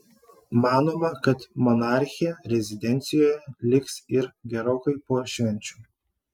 manoma kad monarchė rezidencijoje liks ir gerokai po švenčių